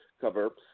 cover